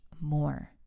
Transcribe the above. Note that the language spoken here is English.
more